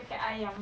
mm